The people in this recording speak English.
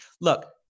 Look